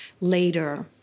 later